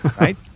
Right